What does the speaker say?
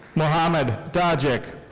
mohammed dogic.